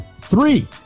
Three